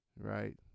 Right